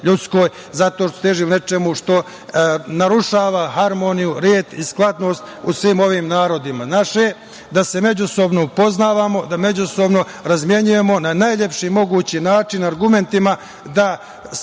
ljudskoj prirodi, zato što su težili nečemu što narušava harmoniju, red i skladnost u svim ovim narodima. Naše je da se međusobno upoznajemo, da međusobno razmenjujemo na najlepši mogući način, argumentima da